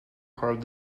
heart